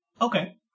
Okay